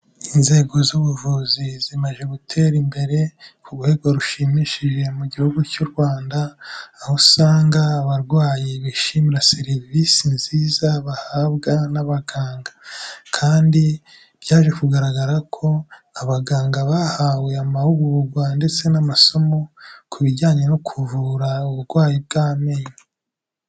Inzego z'ubuvuzi zimaze gutera imbere, ku rwego rushimishi mu gihugu cy'u Rwanda, aho usanga abarwayi bishimira serivisi nziza bahabwa n'abaganga, kandi byaje kugaragara ko abaganga bahawe amahugurwa, ndetse n'amasomo ku bijyanye no kuvura uburwayi bw'amenyo.